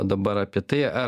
dabar apie tai ar